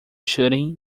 shooting